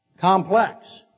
complex